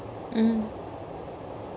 mm